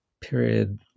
period